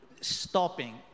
stopping